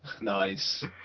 Nice